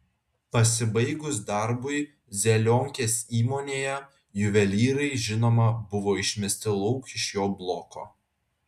pasibaigus darbui zelionkės įmonėje juvelyrai žinoma buvo išmesti lauk iš jo bloko